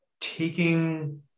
taking